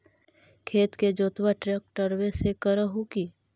खेत के जोतबा ट्रकटर्बे से कर हू की?